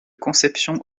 conception